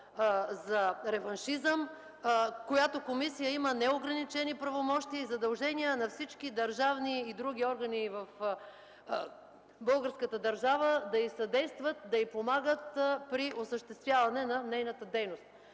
за реваншизъм, която комисия има неограничени правомощия и задължения на всички държавни и други органи в българската държава да й съдействат, да й помагат при осъществяване на нейната дейност.